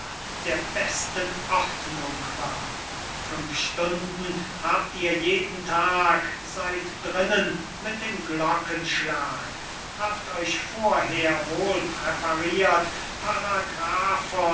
der besten ordnung wahr fünf stunden habt ihr jeden tag seyd drinnen mit dem glockenschlag habt euch vorher wohl präparirt